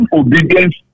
obedience